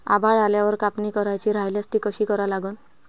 आभाळ आल्यावर कापनी करायची राह्यल्यास ती कशी करा लागन?